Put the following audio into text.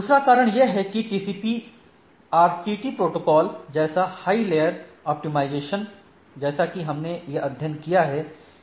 दूसरा कारण यह है कि टीसीपी आरटीटी प्रोटोकॉल जैसा हाई लेयर ऑप्टिमाइजेशन जैसा कि हमने यह अध्ययन किया है